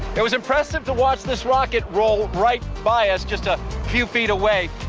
it was impressive to watch this rocket roll right by us, just a few feet away.